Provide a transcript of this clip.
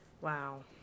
wow